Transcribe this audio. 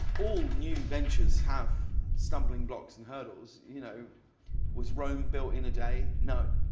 all new ventures have stumbling blocks and hurdles. you know was rome built in a day, no?